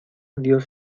dios